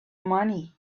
money